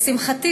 לשמחתי,